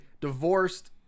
divorced